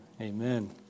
amen